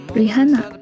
Rihanna